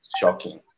shocking